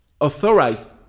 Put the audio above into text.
Authorized